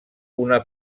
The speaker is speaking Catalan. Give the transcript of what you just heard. una